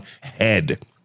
head